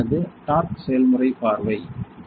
அல்லது டார்க் செயல்முறை பார்வை Refer Time 1813